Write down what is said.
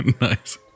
Nice